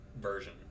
version